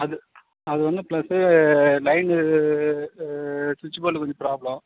அது அது வந்து ப்ளஸ்ஸு லைனு சுச்சு போர்டில் கொஞ்சம் ப்ராப்ளம்